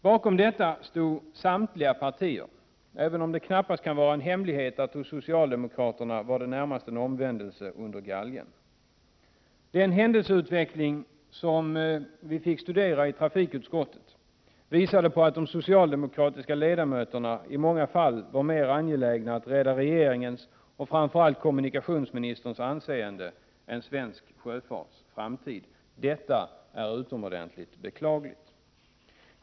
Bakom detta stod samtliga partier, även om det knappast kan vara en hemlighet att det hos socialdemokraterna närmast var en omvändelse under galgen. Den händelseutveckling som vi fick studera i trafikutskottet visade att de socialdemokratiska ledamöterna i många fall var mer angelägna att rädda regeringens och framför allt kommunikationsministerns anseende än svensk sjöfarts framtid. Detta är utomordentligt beklagligt.